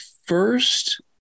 first